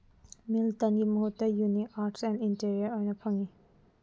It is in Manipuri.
ꯃꯤꯜꯇꯟꯒꯤ ꯃꯍꯨꯠꯇ ꯌꯨꯅꯤꯛ ꯑꯥꯔꯠꯁ ꯑꯦꯟ ꯏꯟꯇꯤꯔꯤꯌꯔ ꯑꯣꯏꯅ ꯐꯪꯉꯤ